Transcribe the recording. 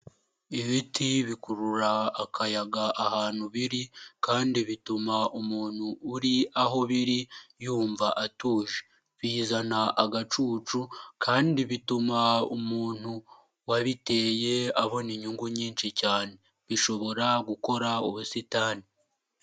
Ibiti bikurura akayaga ahantu biri kandi bituma umuntu uri aho biri yumva atuje, bizana agacucu kandi bituma umuntu wabiteye abona inyungu nyinshi cyane bishobora gukora ubusitani.